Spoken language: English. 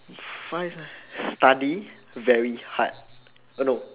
five ah study very hard oh no